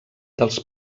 dels